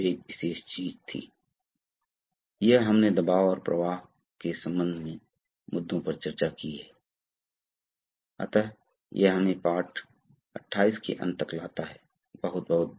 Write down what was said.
इसलिए विभिन्न प्रकार के अलग अलग दिशात्मक वाल्व हैं एक रस्ते वाले दो रस्ते वाले चार रस्ते वाले तो आज के लिए इतना ही बहुत बहुत धन्यवाद हम अगले पाठ में इसे जारी रखेंगे